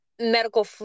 medical